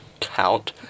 count